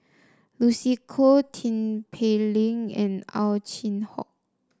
Lucy Koh Tin Pei Ling and Ow Chin Hock